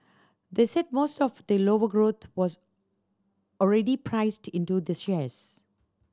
they said most of the lower growth was already priced into the shares